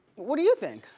what do you think?